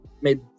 made